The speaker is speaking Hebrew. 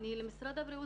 רציתי לומר למשרד הבריאות